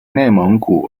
内蒙古